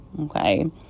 okay